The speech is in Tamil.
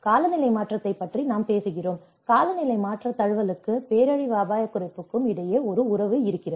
காலநிலை மாற்றத்தைப் பற்றி நாம் பேசுகிறோம் காலநிலை மாற்ற தழுவலுக்கும் பேரழிவு அபாயக் குறைப்புக்கும் இடையே ஒரு உறவு இருக்கிறதா